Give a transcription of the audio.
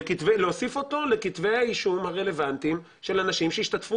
להוסיף אותו לכתבי האישום הרלבנטיים של אנשים שהשתתפו